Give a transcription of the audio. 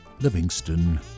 Livingston